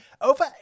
over